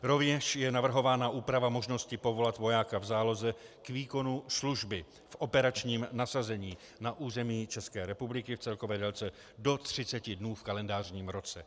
Rovněž je navrhována úprava možnosti povolat vojáka v záloze k výkonu služby v operačním nasazení na území České republiky v celkové délce do 30 dnů v kalendářním roce.